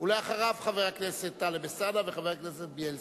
אחריו, חבר הכנסת טלב אלסאנע וחבר הכנסת בילסקי.